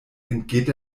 entgeht